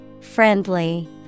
Friendly